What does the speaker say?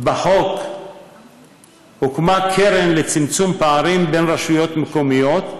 בחוק הוקמה קרן לצמצום פערים בין רשויות מקומיות,